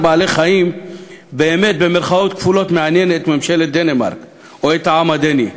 בעלי-חיים באמת מעניין את ממשלת דנמרק או את העם הדני,